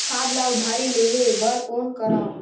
खाद ल उधारी लेहे बर कौन करव?